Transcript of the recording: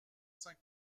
cinq